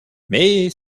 mais